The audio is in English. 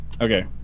Okay